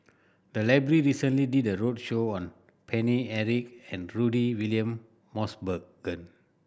the library recently did a roadshow on Paine Eric and Rudy William Mosbergen